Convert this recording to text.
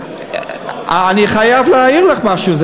אני חייב להעיר לך משהו,